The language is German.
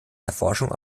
erforschung